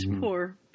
poor